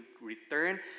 return